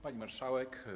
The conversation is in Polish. Pani Marszałek!